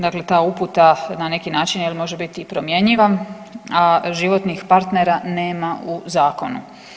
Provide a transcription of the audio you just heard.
Dakle, ta uputa na neki način može biti promjenjiva, a životnih partnera nema u zakonu.